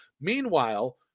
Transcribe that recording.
meanwhile